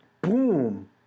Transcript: Boom